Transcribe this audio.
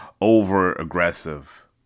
over-aggressive